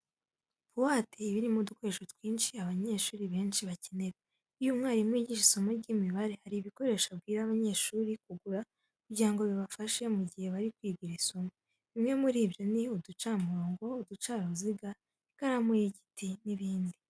Buwate iba irimo udukoresho twinshi abanyeshuri benshi bakenera. Iyo umwarimu yigisha isomo ry'imibare hari ibikoresho abwira abanyeshuri kugura kugira ngo bibafashe mu gihe bari kwiga iri somo. Bimwe muri byo ni uducamurongo, uducaruziga, ikaramu y'igiti n'ibindi.